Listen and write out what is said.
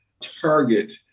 target